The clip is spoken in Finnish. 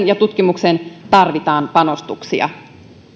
ja tutkimukseen tarvitaan panostuksia